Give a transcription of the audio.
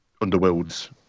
Underworlds